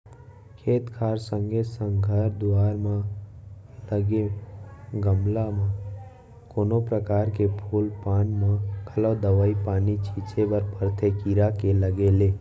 खेत खार संगे संग घर दुवार म लगे गमला म कोनो परकार के फूल पान म घलौ दवई पानी छींचे बर परथे कीरा के लगे ले